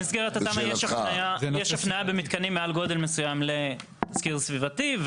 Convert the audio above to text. במסגרת התמ"א יש הפנייה במתקנים מעל גודל מסוים לתזכיר סביבתי,